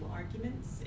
arguments